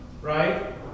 Right